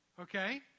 okay